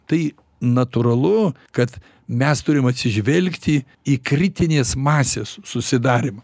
tai natūralu kad mes turim atsižvelgti į kritinės masės susidarymą